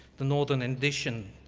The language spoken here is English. the northern edition.